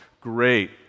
great